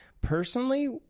Personally